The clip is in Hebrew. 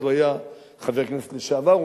אז הוא היה חבר כנסת לשעבר,